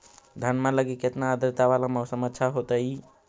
धनमा लगी केतना आद्रता वाला मौसम अच्छा होतई?